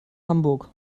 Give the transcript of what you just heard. hamburg